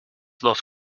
dos